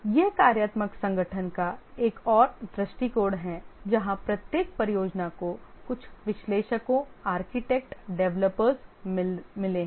यह कार्यात्मक संगठन का एक और दृष्टिकोण है जहां प्रत्येक परियोजना को कुछ विश्लेषकों आर्किटेक्ट डेवलपर्स मिले हैं